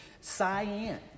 Cyan